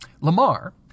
Lamar